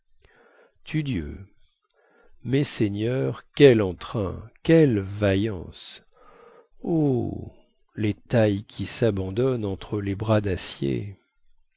tudieu messeigneurs quel entrain quelle vaillance oh les tailles qui sabandonnent entre les bras dacier